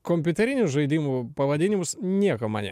kompiuterinius žaidimų pavadinimus nieko man jie